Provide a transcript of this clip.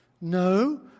No